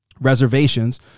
reservations